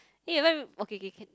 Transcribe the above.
eh oh okay okay can